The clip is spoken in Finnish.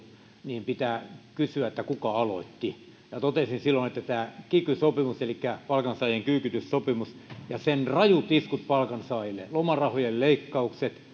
niin pitää kysyä kuka aloitti totesin silloin että tämä kiky sopimus elikkä palkansaajien kyykytyssopimus ja sen rajut iskut palkansaajille lomarahojen leikkaukset